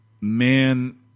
Man